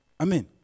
Amen